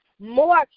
more